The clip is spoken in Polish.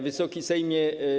Wysoki Sejmie!